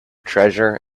treasure